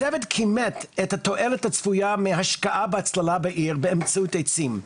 הצוות כימת את התועלת הצפויה מהשקעה בהצללה בעיר באמצעות עצים.